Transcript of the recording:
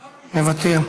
מוותר,